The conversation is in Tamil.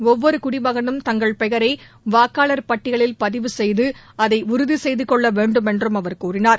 ஒவ்வொரு குடிமகனும் தங்கள் பெயரை வாக்காளர் பட்டியிலில் பதிவு செய்து அதை உறுதி செய்துக் கொள்ள வேண்டும் என்றும் அவர் கூறினார்